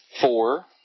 Four